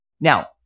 Now